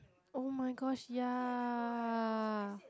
[oh]-my-gosh yeah